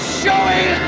showing